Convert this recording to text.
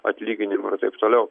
atlyginimui ir taip toliau